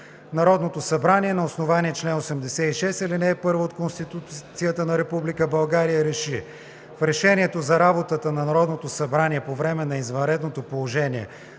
Народното събрание на основание чл. 86, ал. 1 от Конституцията на Република България РЕШИ: В Решението за работата на Народното събрание по време на извънредното положение,